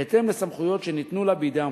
בהתאם לסמכויות שניתנו לה בידי המחוקק.